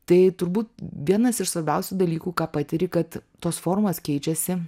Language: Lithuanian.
tai turbūt vienas iš svarbiausių dalykų ką patiri kad tos formos keičiasi